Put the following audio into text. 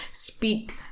speak